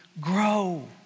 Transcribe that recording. grow